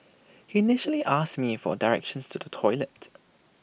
he initially asked me for directions to the toilet